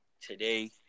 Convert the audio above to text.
today